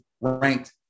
ranked